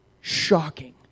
shocking